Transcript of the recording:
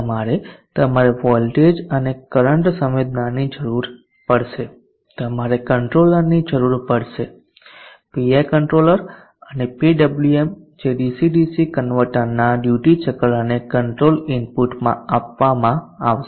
તમારે તમારે વોલ્ટેજ અને કરંટ સંવેદનાની જરૂર પડશે તમારે કંટ્રોલરની જરૂર પડશે PI કંટ્રોલર અને PWM જે ડીસી ડીસી કન્વર્ટરના ડ્યુટી ચક્રને કંટ્રોલ ઇનપુટમાં આપવામાં આવશે